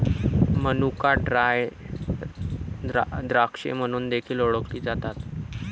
मनुका ड्राय द्राक्षे म्हणून देखील ओळखले जातात